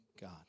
God